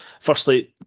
Firstly